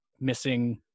missing